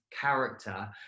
character